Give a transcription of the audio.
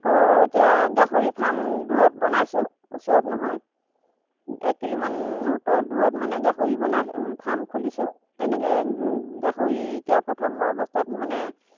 আকৌ এতিয়া গাহৰি ফাৰ্ম দূৰত বনাইছোঁ ওচৰত নহয় এক কিলোমান উত্তৰত দূৰত মানে গাহৰি বনাই ফাৰ্ম খুলিছোঁ তেনেকৈ গাহৰি এতিয়া প্ৰথম মই অৱস্থাত মানে